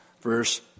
verse